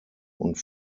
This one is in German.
und